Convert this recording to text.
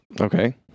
Okay